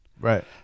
right